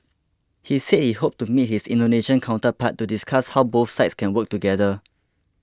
he said he hoped to meet his Indonesian counterpart to discuss how both sides can work together